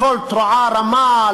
מקול תרועה רמה,